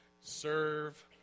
serve